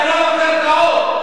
גנב הקרקעות,